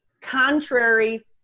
contrary